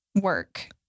work